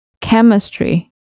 chemistry